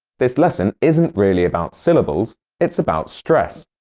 this lesson isn't really about syllables it's about stress.